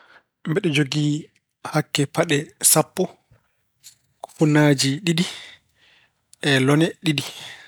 Mbeɗa jogii hakke paɗe sappo, kufunaaji ɗiɗi, e lone ɗiɗi.